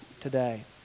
today